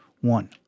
One